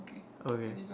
okay